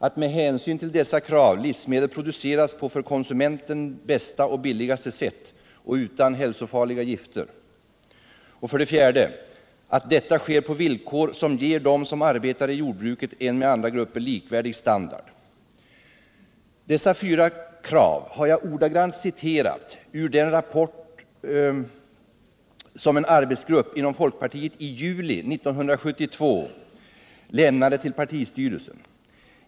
Att med hänsyn till dessa krav livsmedel produceras på för konsumenten bästa och billigaste sätt och utan hälsofarliga gifter. 4. Att detta sker på villkor som ger den som arbetar i jordbruket en med andra grupper likvärdig levnadsstandard.” Dessa fyra krav har jag ordagrant citerat ur den rapport som en arbetsgrupp inom folkpartiet i juli 1972 överlämnade till partistyrelsen.